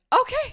Okay